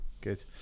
good